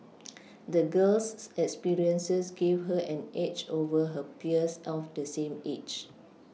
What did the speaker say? the girl's experiences gave her an edge over her peers of the same age